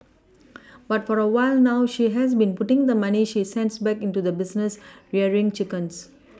but for a while now she has been putting the money she sends back into the business rearing chickens